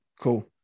Cool